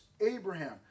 Abraham